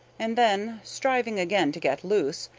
and then, striving again to get loose,